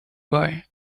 boy